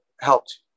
helped